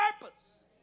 purpose